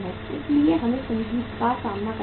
इसलिए हमें संगीत का सामना करना पड़ेगा